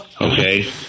Okay